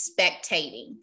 spectating